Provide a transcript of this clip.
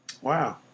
Wow